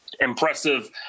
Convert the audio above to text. impressive